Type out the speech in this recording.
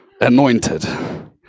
Anointed